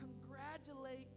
congratulate